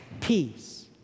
Peace